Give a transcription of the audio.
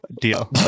Deal